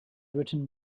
written